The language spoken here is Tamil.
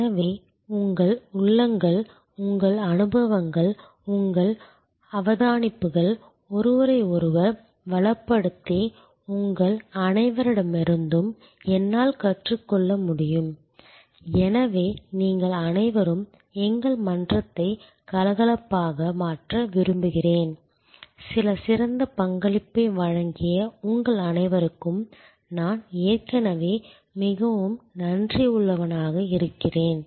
எனவே உங்கள் உள்ளங்கள் உங்கள் அனுபவங்கள் உங்கள் அவதானிப்புகள் ஒருவரையொருவர் வளப்படுத்தி உங்கள் அனைவரிடமிருந்தும் என்னால் கற்றுக்கொள்ள முடியும் எனவே நீங்கள் அனைவரும் எங்கள் மன்றத்தை கலகலப்பாக மாற்ற விரும்புகிறேன் சில சிறந்த பங்களிப்பை வழங்கிய உங்கள் அனைவருக்கும் நான் ஏற்கனவே மிகவும் நன்றியுள்ளவனாக இருக்கிறேன்